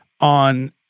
on